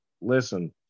listen